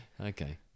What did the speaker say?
Okay